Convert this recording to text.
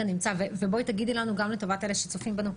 ובואי תגידי לנו, גם לטובת אלה שצופים בנו,